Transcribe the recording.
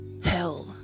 hell